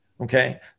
Okay